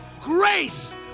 grace